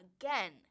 again